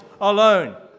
alone